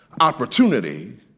opportunity